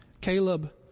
Caleb